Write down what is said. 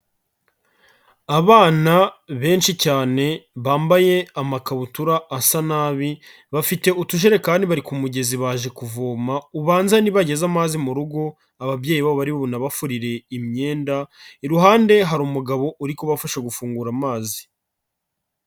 Abana benshi cyane, bambaye amakabutura asa nabi, bafite utujerekani bari ku mugezi baje kuvoma, ubanze nibageza amazi mu rugo, ababyeyi babo bari bunabafurire imyenda, iruhande hari umugabo uri kubafasha gufungura amazi